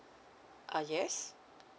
ah yes